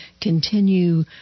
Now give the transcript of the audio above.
continue